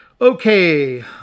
Okay